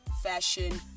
fashion